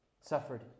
suffered